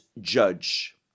judge